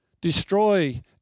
Destroy